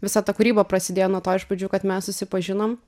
visa ta kūryba prasidėjo nuo to iš pradžių kad mes susipažinom